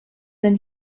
than